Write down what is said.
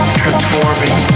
transforming